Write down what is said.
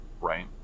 right